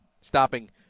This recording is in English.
stopping